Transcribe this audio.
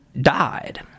died